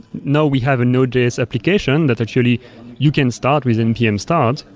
now we have a node js application that actually you can start with npm-start,